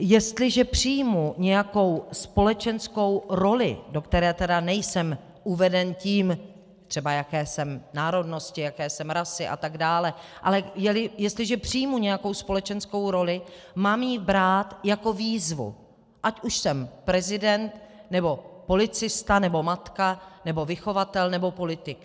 Jestliže přijmu nějakou společenskou roli, do které tedy nejsem uveden třeba tím, jaké jsem národnosti, jaké jsem rasy a tak dále, ale jestliže přijmu nějakou společenskou roli, mám ji brát jako výzvu, ať už jsem prezident, nebo policista, nebo matka, nebo vychovatel, nebo politik.